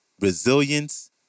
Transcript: resilience